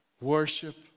worship